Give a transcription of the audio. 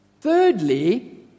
Thirdly